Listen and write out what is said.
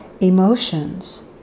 emotions